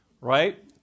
Right